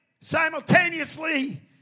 simultaneously